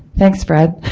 thanks, fred.